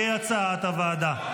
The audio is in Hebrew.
כהצעת הוועדה.